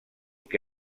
que